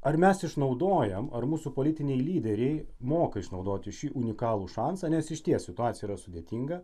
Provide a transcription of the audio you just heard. ar mes išnaudojam ar mūsų politiniai lyderiai moka išnaudoti šį unikalų šansą nes išties situacija yra sudėtinga